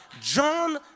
John